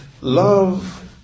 Love